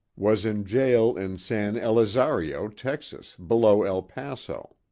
was in jail in san elizario, texas, below el paso.